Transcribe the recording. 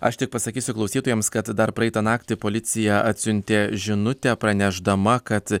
aš tik pasakysiu klausytojams kad dar praitą naktį policija atsiuntė žinutę pranešdama kad